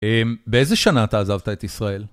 באיזה שנה אתה עזבת את ישראל?